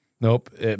Nope